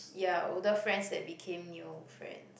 ya older friends that became new friends